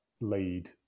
lead